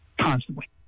constantly